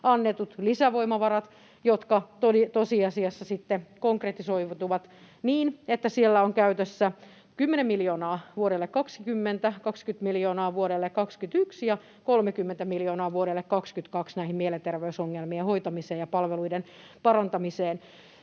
annetut lisävoimavarat, jotka tosiasiassa konkretisoituvat niin, että siellä on käytössä 10 miljoonaa vuodelle 20, 20 miljoonaa vuodelle 21 ja 30 miljoonaa vuodelle 22 mielenterveysongelmien hoitamiseen ja palveluiden parantamiseen,